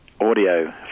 audio